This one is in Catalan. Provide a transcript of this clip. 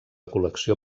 col·lecció